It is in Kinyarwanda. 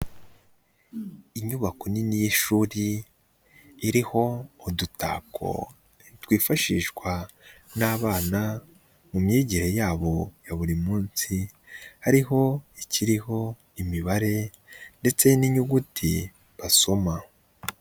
Inyubako nini y'ishuri iriho udutako twifashishwa n'abana mu myigire yabo ya buri munsi, hariho ikiho imibare ndetse n'inyuguti basoma.